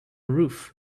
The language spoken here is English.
roof